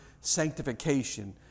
sanctification